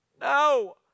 No